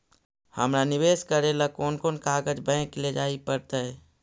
हमरा निवेश करे ल कोन कोन कागज बैक लेजाइ पड़तै?